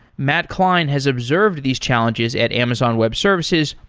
matt klein has observed these challenges at amazon web services,